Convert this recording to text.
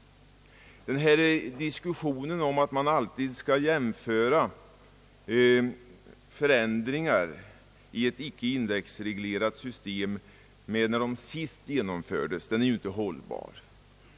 Påståendena att man alltid skall jämföra förändringar i ett icke indexreglerat system med hur det var när förändring senast genomfördes är inte hållbara.